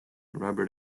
robert